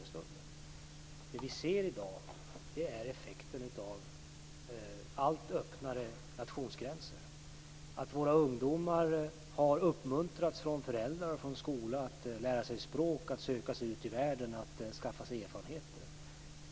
Det som vi ser i dag är effekten av allt öppnare nationsgränser - att våra ungdomar har uppmuntrats av föräldrar och skola att lära sig språk, att söka sig ut i världen och att skaffa sig erfarenheter.